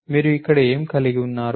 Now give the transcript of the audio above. మీరు ఇక్కడ ఏమి కలిగి ఉన్నారు